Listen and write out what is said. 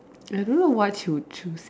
I don't know what she would choose